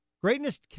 Greatness